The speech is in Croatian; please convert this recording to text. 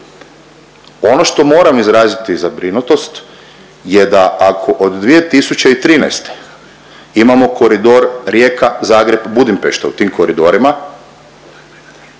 Ono što moram izraziti zabrinutost je da ako od 2013. imamo koridor Rijeka-Zagreb-Budimpešta u tim koridorima,